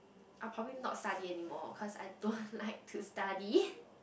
I will probably not study anymore cause I don't like to study